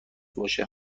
باشه